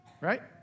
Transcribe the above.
Right